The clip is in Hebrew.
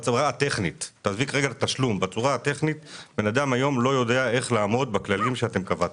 כי מהבחינה הטכנית בן אדם לא יודע היום איך לעמוד בכללים שאתם קבעתם.